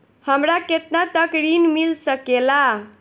हमरा केतना तक ऋण मिल सके ला?